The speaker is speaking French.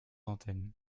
antennes